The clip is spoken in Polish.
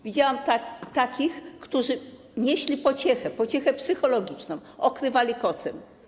Widziałam takich, którzy nieśli pociechę, pociechę psychologiczną, okrywali kocem.